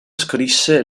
scrisse